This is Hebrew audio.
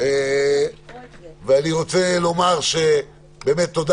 אני רוצה לומר תודה